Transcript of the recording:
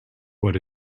what